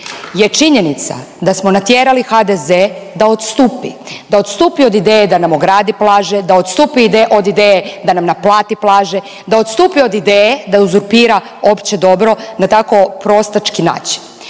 je činjenica da smo natjerali HDZ da odstupi. Da odstupi od ideje da nam ogradi plaže, da odstupi od ideje da nam naplati plaže, da odstupi od ideje da uzurpira opće dobro na tako prostački način.